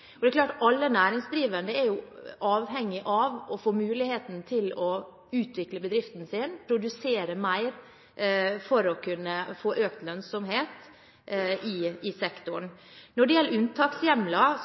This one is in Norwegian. mer for å kunne få økt lønnsomhet i sektoren. Når det gjelder unntakshjemler: